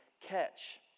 catch